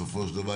בסופו של דבר,